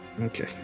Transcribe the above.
Okay